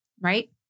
right